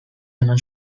eman